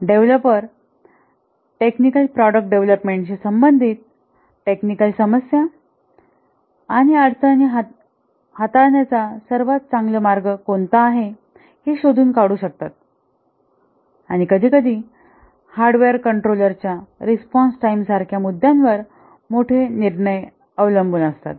developer technical product डेव्हलपमेंटशी संबंधित technical समस्या अडचणी हाताळण्याचा सर्वात चांगला मार्ग कोणता आहे हे शोधून काढू शकतात आणि कधीकधी हार्डवेअर कंट्रोलरच्या रिस्पॉन्स टाइम सारख्या मुद्द्यांवर मोठे निर्णय अवलंबून असतात